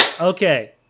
okay